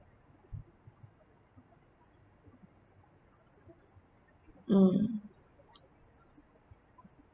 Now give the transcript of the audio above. mm